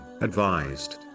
advised